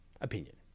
opinion